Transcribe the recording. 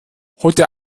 heute